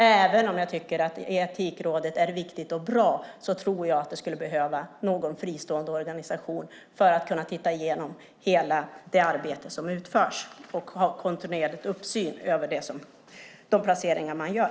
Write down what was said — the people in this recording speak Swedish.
Även om jag tycker att Etikrådet är viktigt och bra tror jag att det skulle behövas någon fristående organisation som kan titta igenom hela det arbete som utförs och kontinuerligt ha uppsyn över de placeringar som man gör.